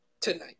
Tonight